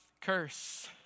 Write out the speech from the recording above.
curse